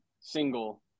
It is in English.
single